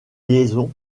liaison